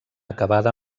acabada